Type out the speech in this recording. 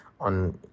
on